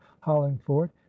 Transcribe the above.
hollingford